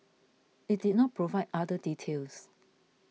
it did not provide other details